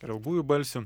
ar ilgųjų balsių